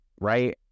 right